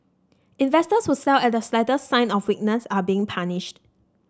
investors who sell at the slightest sign of weakness are being punished